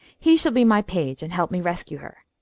he shall be my page and help me rescue her.